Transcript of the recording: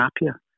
happier